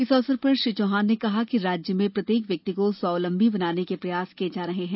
इस अवसर पर श्री चौहान ने कहा कि राज्य में प्रत्येक व्यक्ति को स्वावलंबी बनाने के प्रयास किए जा रहे हैं